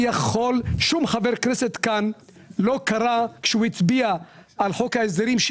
אף חבר כנסת כאן לא קרא את החומר כשהוא הצביע על חוק ההסדרים.